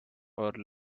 are